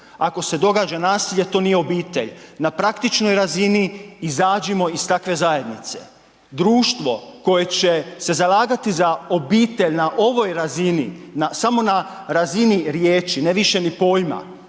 ako se događa nasilje, to nije obitelj. Na praktičnoj razini izađimo iz takve zajednice. Društvo koje će se zalagati za obitelj na ovoj razini, samo na razini riječi, ne više ni pojma,